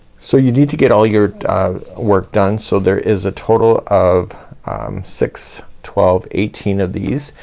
so you need to get all your work done. so there is a total of six, twelve, eighteen of these.